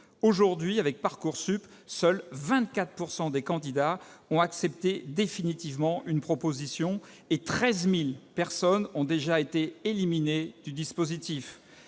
Aujourd'hui, avec Parcoursup, seuls 24 % des candidats ont accepté définitivement une proposition, et 13 000 personnes ont déjà été éliminées du dispositif.